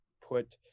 put